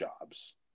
jobs